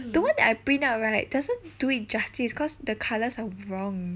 the one that I print our right doesn't do it justice cause the colours are wrong